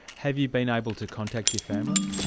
have you been able to contact your family?